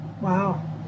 Wow